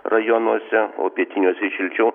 rajonuose o pietiniuose šilčiau